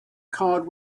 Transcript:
card